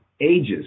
ages